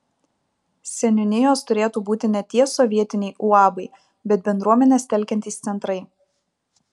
seniūnijos turėtų būti ne tie sovietiniai uabai bet bendruomenes telkiantys centrai